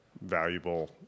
valuable